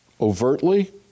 overtly